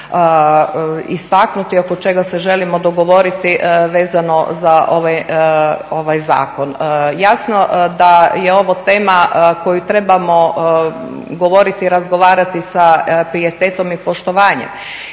istaknuti i oko čega se želimo dogovoriti vezano za ovaj zakon. Jasno da je ovo tema o kojoj trebamo govoriti i razgovarati sa pijetetom i poštovanjem,